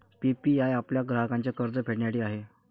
PPI आपल्या ग्राहकांचे कर्ज फेडण्यासाठी आहे